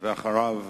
אחריו,